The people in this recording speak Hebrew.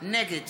נגד